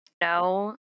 No